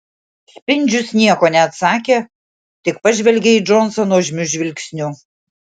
spindžius nieko neatsakė tik pažvelgė į džonsą nuožmiu žvilgsniu